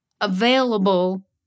available